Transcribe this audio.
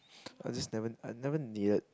I just never I never needed